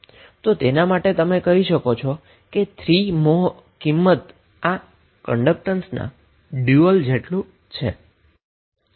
તો તેના માટે તમે કહી શકો કે તેનુ ડ્યુઅલ એ 3 મ્હો વેલ્યુ ધરાવતુ કન્ડક્ટન્સ છે